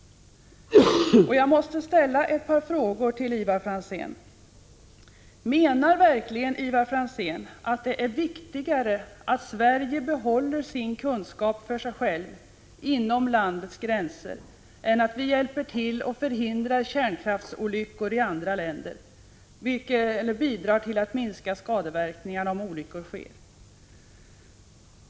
Jag måste ställa ett par frågor till Ivar Franzén. För det första: Menar verkligen Ivar Franzén att det är viktigare att Sverige behåller sin kunskap för sig själv inom landets gränser än att vi hjälper till att förhindra kärnkraftsolyckor i andra länder eller bidrar till att minska skadeverkningarna, om olyckor sker?